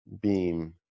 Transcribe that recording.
beam